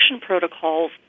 protocols